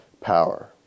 power